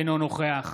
אינו נוכח